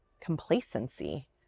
complacency